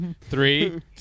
Three